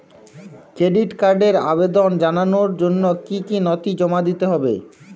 Credit কার্ডের আবেদন জানানোর জন্য কী কী নথি জমা দিতে হবে?